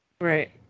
Right